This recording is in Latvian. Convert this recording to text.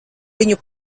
viņu